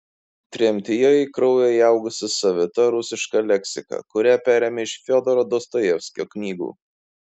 tremtyje į kraują įaugusi savita rusiška leksika kurią perėmė iš fiodoro dostojevskio knygų